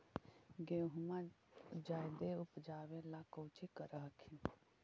गेहुमा जायदे उपजाबे ला कौची कर हखिन?